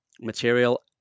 material